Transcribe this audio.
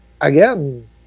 again